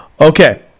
Okay